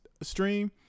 stream